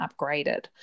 upgraded